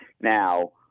now